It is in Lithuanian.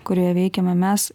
kurioje veikiame mes